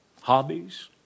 Hobbies